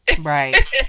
Right